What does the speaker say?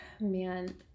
man